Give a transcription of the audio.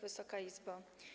Wysoka Izbo!